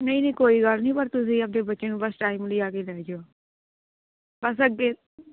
ਨਹੀਂ ਨਹੀਂ ਕੋਈ ਗੱਲ ਨਹੀਂ ਪਰ ਤੁਸੀਂ ਅੱਗੇ ਬੱਚੇ ਨੂੰ ਬਸ ਟਾਈਮਲੀ ਆ ਕੇ ਲੈ ਜਿਓ ਬਸ ਅੱਗੇ